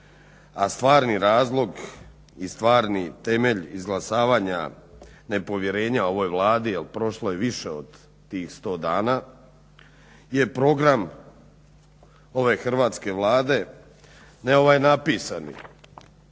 a stvarni razlog i stvarni temelj izglasavanja nepovjerenja ovoj Vladi jer prošlo je više od tih 100 dana, je program ove hrvatske Vlade ne ovaj napisani